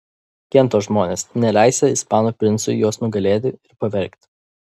kento žmonės neleisią ispanų princui juos nugalėti ir pavergti